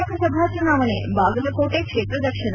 ಲೋಕಸಭಾ ಚುನಾವಣೆ ಬಾಗಲಕೋಟೆ ಕ್ಷೇತ್ರ ದರ್ಶನ